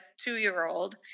two-year-old